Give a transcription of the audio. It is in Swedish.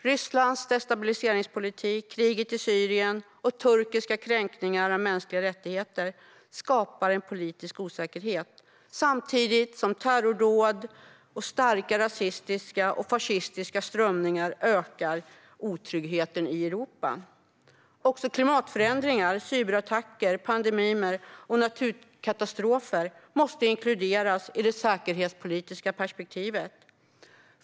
Rysslands destabiliseringspolitik, kriget i Syrien och turkiska kränkningar av mänskliga rättigheter skapar en politisk osäkerhet, samtidigt som terrordåd och starka rasistiska och fascistiska strömningar ökar otryggheten i Europa. Också klimatförändringar, cyberattacker, pandemier och naturkatastrofer måste inkluderas i det säkerhetspolitiska perspektivet.